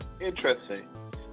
interesting